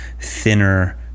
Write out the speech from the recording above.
thinner